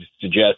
suggest